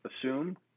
assume